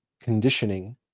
conditioning